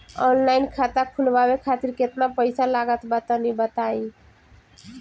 Online खाता खूलवावे खातिर केतना पईसा लागत बा तनि बताईं?